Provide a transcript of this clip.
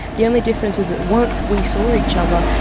the only difference is that once we saw each other,